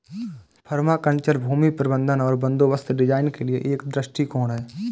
permaculture भूमि प्रबंधन और बंदोबस्त डिजाइन के लिए एक दृष्टिकोण है